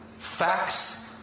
Facts